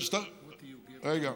רגע.